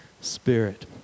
spirit